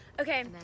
Okay